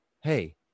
Hey